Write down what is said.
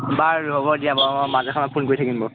বাৰু হ'ব দিয়া বাৰু মই মাজে সময়ে ফোন কৰি থাকিম